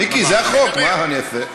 מיקי, זה החוק, מה אני אעשה?